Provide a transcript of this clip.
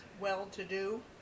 well-to-do